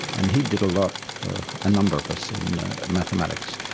and he did a lot for a number of us in mathematics.